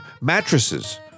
mattresses